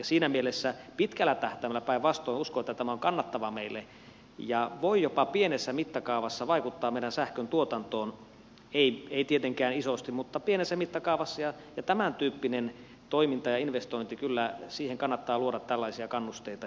siinä mielessä uskon että päinvastoin tämä on pitkällä tähtäimellä kannattavaa meille ja voi jopa pienessä mittakaavassa vaikuttaa meidän sähköntuotantoomme ei tietenkään isosti mutta pienessä mittakaavassa ja tämäntyyppiseen toimintaan ja investointiin kyllä kannattaa luoda tällaisia kannusteita